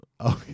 Okay